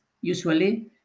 usually